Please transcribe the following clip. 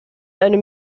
einem